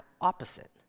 opposite